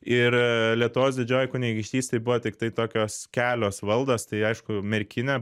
ir lietuvos didžioji kunigaikštystėj buvo tiktai tokios kelios valdos tai aišku merkinė